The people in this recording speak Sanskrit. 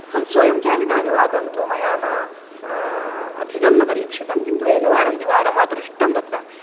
हा स्वयं चालितम् अनुवादं तु मया न अधिकं न परीक्षितं किन्तु एकवारं द्विवारं वा दृष्टं तत्र